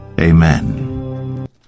amen